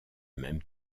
même